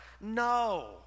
No